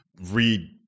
read